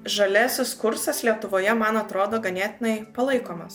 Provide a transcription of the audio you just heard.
žaliasis kursas lietuvoje man atrodo ganėtinai palaikomas